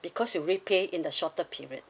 because you already pay in the shorter period